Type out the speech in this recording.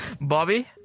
Bobby